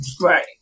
Right